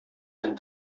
den